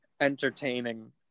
entertaining